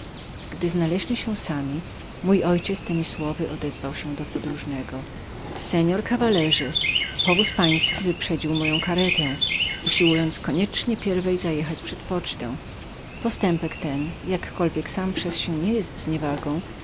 gdy znaleźli się sami mój ojciec temi słowy odezwał się do podróżnego mości panie powóz pański wyprzedził moją karetę usiłując koniecznie pierwej zajechać przed pocztę postępek ten jakkolwiek sam przez się nie jest